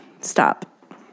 Stop